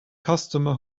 customer